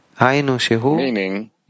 meaning